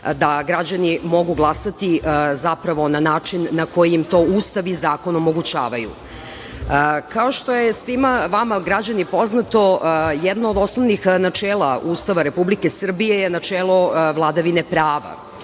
da građani mogu glasati zapravo na način na koji im to Ustav i zakon omogućavaju. Kao što je svima vama građani poznato, jedno od osnovnih načela Ustava Republike Srbije je načelo vladavine prava.